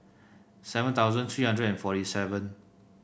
seven thousand three hundred and forty seven